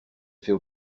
fait